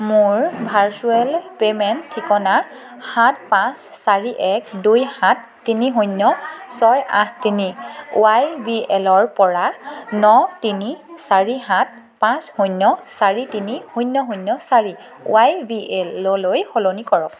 মোৰ virtual payment ঠিকনা সাত পাঁচ চাৰি এক দুই সাত তিনি শূন্য ছয় আঠ তিনি ৱাই বি এলৰ পৰা ন তিনি চাৰি সাত পাঁচ শূন্য চাৰি তিনি শূন্য শূন্য চাৰি ৱাই বি এললৈ সলনি কৰক